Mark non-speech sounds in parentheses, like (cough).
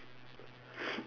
(breath)